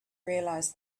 realized